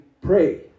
pray